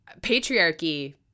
patriarchy